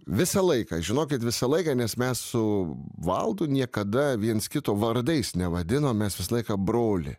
visą laiką žinokit visą laiką nes mes su valdu niekada viens kito vardais nevadinom mes visą laiką broli